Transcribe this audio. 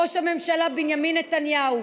ראש הממשלה בנימין נתניהו,